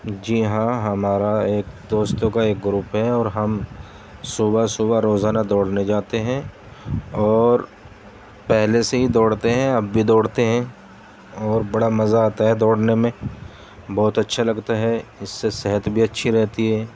جی ہاں ہمارا ایک دوستوں کا ایک گروپ ہے اور ہم صبح صبح روزانہ دوڑنے جاتے ہیں اور پہلے سے ہی دوڑتے ہیں اب بھی دوڑتے ہیں اور بڑا مزہ آتا ہے دوڑنے میں بہت اچھا لگتا ہے اس سے صحت بھی اچھی رہتی ہے